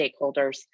stakeholders